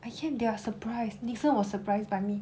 I think they are surprised nixon was surprised by me